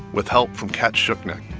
with help from cat schuknecht.